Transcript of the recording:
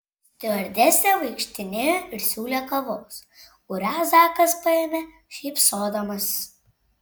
stiuardesė vaikštinėjo ir siūlė kavos kurią zakas paėmė šypsodamas